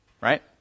right